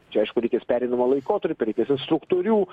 čia aišku reikės pereinamo laikotarpio reikės instruktorių